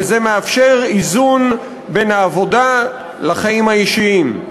וזה מאפשר איזון בין העבודה לחיים האישיים.